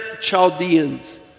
Chaldeans